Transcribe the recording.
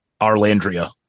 Arlandria